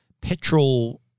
petrol